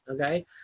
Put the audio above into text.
okay